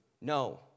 No